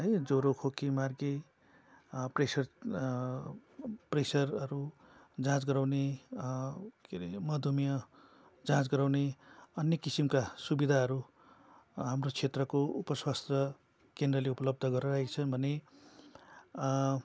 है जोरो खोकी मार्गी प्रेसर प्रेसरहरू जाँच गराउने के अरे मधुमेह जाँच गराउने अनि अन्य किसिमका सुविधाहरू हाम्रो क्षेत्रको उप स्वास्थ्य केन्द्रले उपलब्ध गराइरहेका छन् भने